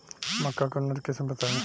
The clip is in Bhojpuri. मक्का के उन्नत किस्म बताई?